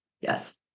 Yes